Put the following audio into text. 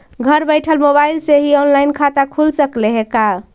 घर बैठल मोबाईल से ही औनलाइन खाता खुल सकले हे का?